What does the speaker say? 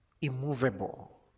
immovable